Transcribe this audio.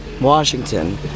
washington